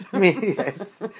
Yes